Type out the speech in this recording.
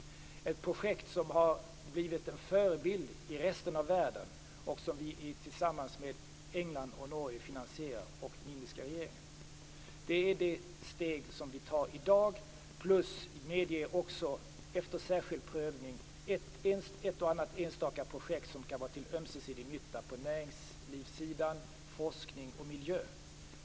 Det är ett projekt som har blivit en förebild för resten av världen och som vi finansierar tillsammans med England, Norge och den indiska regeringen. Detta är det steg som vi tar i dag plus att vi efter särskild prövning medger enstaka projekt som kan vara till ömsesidig nytta för näringsliv, forskning och miljö.